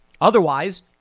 Otherwise